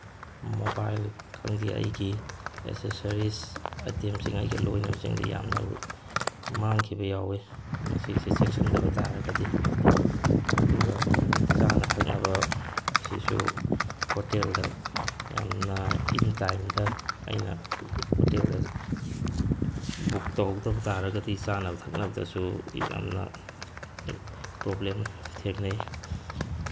mobile ꯈꯪꯗꯦ ꯑꯩꯒꯤ accessories ꯑꯥꯏꯇꯦꯝꯁꯤꯡ ꯑꯩꯒ ꯂꯣꯏꯅꯕꯁꯤꯡꯗ ꯌꯥꯝꯅ ꯃꯥꯡꯈꯤꯕ ꯌꯥꯎꯋꯦ ꯃꯁꯤꯁꯦ ꯆꯦꯛꯁꯤꯟꯗꯕ ꯇꯥꯔꯒꯗꯤ ꯑꯗꯨꯒ ꯆꯥꯅ ꯊꯛꯅꯕ ꯁꯤꯁꯨ ꯍꯣꯇꯦꯜꯗ ꯌꯥꯝꯅ ꯏꯟ ꯇꯥꯏꯝꯗ ꯑꯩꯅ ꯍꯣꯇꯦꯜꯗ ꯕꯨꯛ ꯇꯧꯍꯧꯗꯕ ꯇꯥꯔꯒꯗꯤ ꯆꯥꯅꯕ ꯊꯛꯅꯕꯗꯁꯨ ꯌꯥꯝꯅ ꯄ꯭ꯔꯣꯕ꯭ꯂꯦꯝ ꯊꯦꯡꯅꯩ